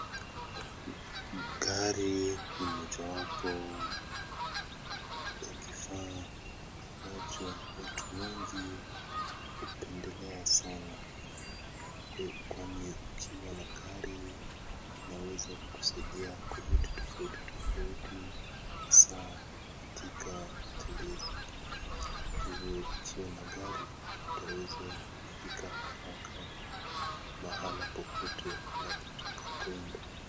Gari ni mojawapo ya kifaa ambacho watu wengi hupendelea sana. Kwani ukiwa na gari, inaweza kukusaidia kwa vitu tofauti tofauti hasa katika matembezi. Kwa hivyo ukiwa na gari, mtu aweza kufika haraka mahala popote unapotaka kuenda.